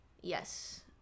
yes